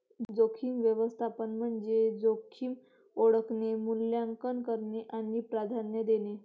जोखीम व्यवस्थापन म्हणजे जोखीम ओळखणे, मूल्यांकन करणे आणि प्राधान्य देणे